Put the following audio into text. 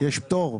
יש פטור.